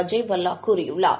அஜய் பல்லா கூறியுள்ளார்